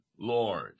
Lord